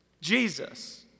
Jesus